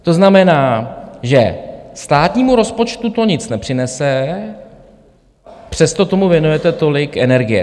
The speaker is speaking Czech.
To znamená, že státnímu rozpočtu to nic nepřinese, přesto tomu věnujete tolik energie.